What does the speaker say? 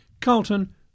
Carlton